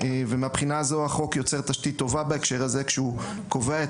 ומהבחינה הזו החוק יוצר תשתית טובה בהקשר הזה כשהוא קובע את